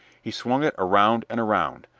he swung it around and around.